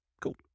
Cool